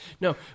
No